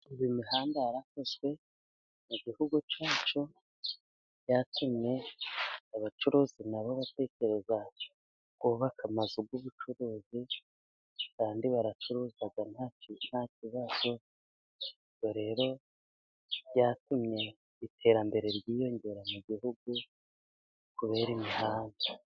Imihanda yarakozwe mu gihugu cyacu, byatumye abacuruzi nabo batekereza kubaka amazu y'ubucuruzi kandi baracuruza ntakibazo, rero byatumye iterambere ryiyongera mu gihugu kubera imihanda.